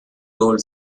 rolled